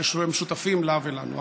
שהם משותפים לה ולנו.